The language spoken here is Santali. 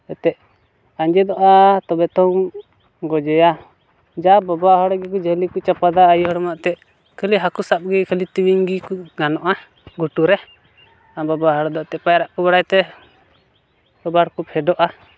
ᱦᱚᱛᱮᱜ ᱟᱡᱮᱫᱚᱜᱼᱟ ᱛᱚᱵᱮ ᱛᱚᱢ ᱜᱚᱡᱮᱭᱟ ᱡᱟ ᱵᱟᱵᱟ ᱦᱚᱲ ᱜᱮ ᱡᱷᱟᱹᱞᱤ ᱠᱚ ᱪᱟᱯᱟᱫᱟ ᱟᱭᱳ ᱦᱚᱲᱢᱟᱛᱮ ᱠᱷᱟᱹᱞᱤ ᱦᱟᱹᱠᱩ ᱥᱟᱵ ᱜᱮ ᱠᱷᱟᱹᱞᱤ ᱛᱮᱣᱮᱧ ᱜᱮᱠᱚ ᱜᱟᱱᱚᱜᱼᱟ ᱜᱷᱩᱴᱩ ᱨᱮ ᱟᱨ ᱵᱟᱵᱟ ᱦᱚᱲ ᱫᱚ ᱮᱱᱛᱮᱜ ᱯᱟᱭᱨᱟᱜ ᱠᱚ ᱵᱟᱲᱟᱭᱛᱮ ᱵᱟᱵᱟ ᱦᱚᱲ ᱠᱚ ᱯᱷᱮᱰᱚᱜᱼᱟ